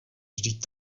vždyť